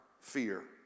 fear